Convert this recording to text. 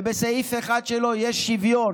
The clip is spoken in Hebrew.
ובסעיף 1 שלו יש שוויון.